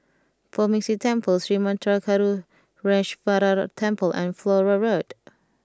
Poh Ming Tse Temple Sri Manmatha Karuneshvarar Temple and Flora Road